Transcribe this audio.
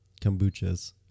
kombuchas